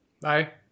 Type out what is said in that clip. Bye